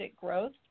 growth